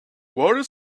water